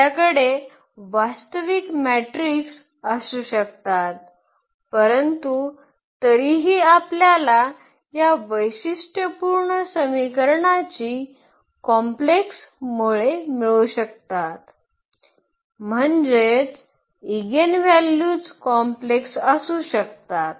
आपल्याकडे वास्तविक मॅट्रिक्स असू शकतात परंतु तरीही आपल्याला या वैशिष्ट्यपूर्ण समीकरणाची कॉम्प्लेक्स मुळे मिळू शकतात म्हणजेच ईगेनव्हल्यूज कॉम्प्लेक्स असू शकतात